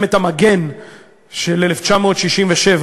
במלחמת המגן של 1967,